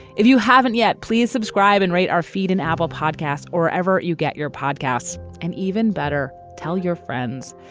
if you haven't yet, please subscribe and rate our feed and apple podcast. or ever you get your podcasts and even better, tell your friends.